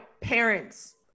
parents